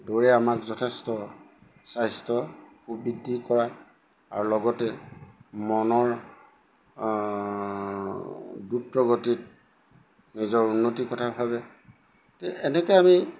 দৌৰে আমাক যথেষ্ট স্বাস্থ্য সু বৃদ্ধি কৰা আৰু লগতে মনৰ দ্ৰুত প্ৰগতিত নিজৰ উন্নতি কথা ভাবে তে এনেকৈ আমি